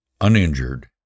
uninjured